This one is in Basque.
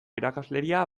irakasleria